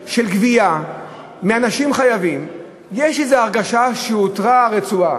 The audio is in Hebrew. של גבייה מאנשים חייבים יש הרגשה שהותרה הרצועה,